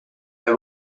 have